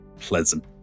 pleasant